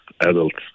adults